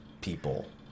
people